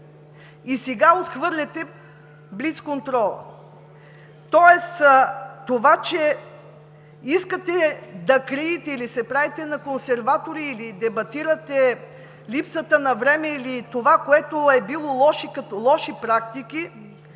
2. Сега отхвърляте блицконтрола. С това, че искате да криете или се правите на консерватори, или дебатирате липсата на време, или с това, което било като лоша практика,